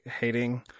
hating